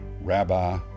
Rabbi